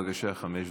בבקשה, חמש דקות.